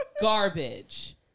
Garbage